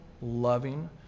loving